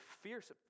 fierce